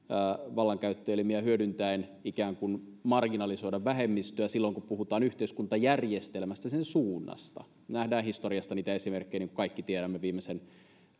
vallankäyttöelimiä hyödyntäen järjestelemään ikään kuin marginalisoimaan vähemmistöä silloin kun puhutaan yhteiskuntajärjestelmästä ja sen suunnasta historiasta nähdään niitä esimerkkejä niin kuin kaikki tiedämme viimeisen